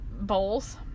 bowls